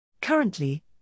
Currently